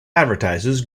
advertises